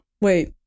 wait